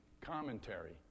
commentary